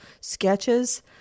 sketches